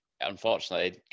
unfortunately